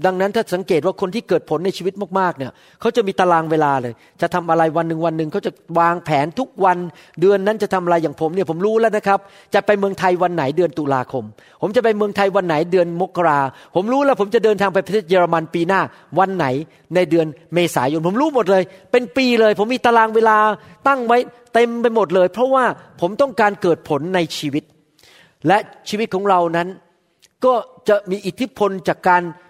ดังนั้นถ้าสังเกตว่าคนที่เกิดผลในชีวิตมากๆเนี่ย เขาจะมีตารางเวลาเลย จะทำอะไรวันหนึ่งวันหนึ่ง เขาจะวางแผนทุกวัน เดือนนั้นจะทำอะไร อย่างผมเนี่ยผมรู้แล้วนะครับจะไปเมืองไทยวันไหนเดือนตุลาคม ผมจะไปเมืองไทยวันไหนเดือนมกราผมรู้แล้ว ผมจะเดินทางไปประเทศเยอรมันปีหน้าวันไหนในเดือนเมษายนผมรู้หมดเลยเป็นปีเลย ผมมีตารางเวลาตั้งไว้เต็มไปหมดเลย เพราะว่าผมต้องการเกิดผลในชีวิต และชีวิตของเรานั้นก็จะมีอิทธิพลจากการ